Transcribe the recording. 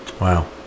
Wow